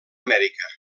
amèrica